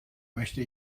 möchte